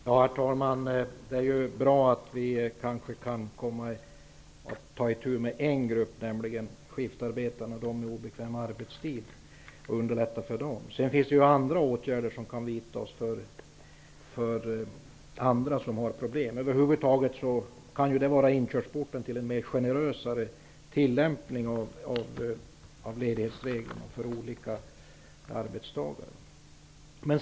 Herr talman! Det är bra att vi kan underlätta för en grupp, nämligen skiftarbetarna, de med obekväma arbetstider. Sedan finns det andra åtgärder som kan vidtas för andra som har problem. Över huvud taget kan detta vara inkörsporten till en mer generös tillämpning av ledighetsreglerna för olika arbetstagare.